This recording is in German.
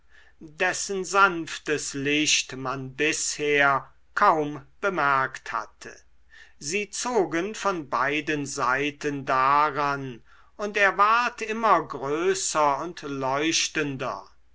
dessen sanftes licht man bisher kaum bemerkt hatte sie zogen von beiden seiten daran und er ward immer größer und leuchtender